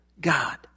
God